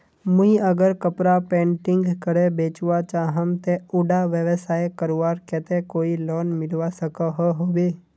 मुई अगर कपड़ा पेंटिंग करे बेचवा चाहम ते उडा व्यवसाय करवार केते कोई लोन मिलवा सकोहो होबे?